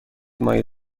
مایع